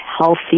healthy